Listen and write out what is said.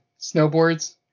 snowboards